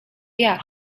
jak